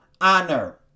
honor